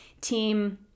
Team